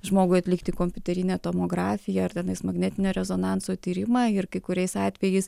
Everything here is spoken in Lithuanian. žmogui atlikti kompiuterinę tomografiją ar tenais magnetinio rezonanso tyrimą ir kai kuriais atvejais